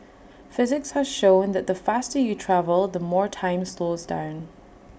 physics has shown that the faster you travel the more time slows down